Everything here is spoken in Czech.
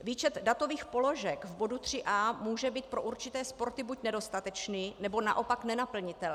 Výčet datových položek v bodu 3a může být pro určité sporty buď nedostatečný, nebo naopak nenaplnitelný.